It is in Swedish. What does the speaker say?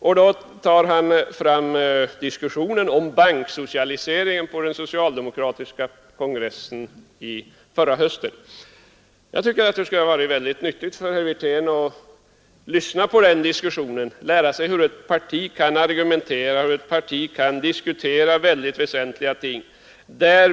För att belysa detta tar han upp diskussionen på den socialdemokratiska partikongressen i höstas om banksocialiseringen. Det hade varit mycket nyttigt för herr Wirtén att lyssna på den diskussionen och lära sig hur man inom ett parti kan diskutera väsentliga ting.